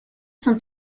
sont